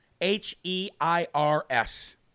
H-E-I-R-S